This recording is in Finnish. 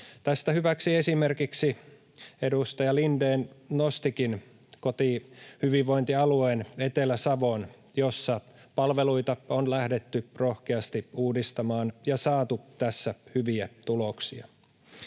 Tästä hyväksi esimerkiksi edustaja Lindén nostikin kotihyvinvointialueen Etelä-Savon, jossa palveluita on lähdetty rohkeasti uudistamaan ja saatu tässä hyviä tuloksia.